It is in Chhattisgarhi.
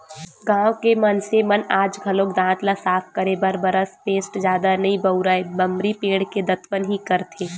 गाँव के मनसे मन आज घलोक दांत ल साफ करे बर बरस पेस्ट जादा नइ बउरय बमरी पेड़ के दतवन ही करथे